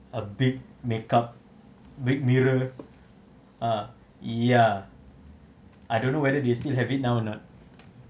a big makeup big mirror ah ya I don't know whether they still have it now or not